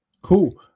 Cool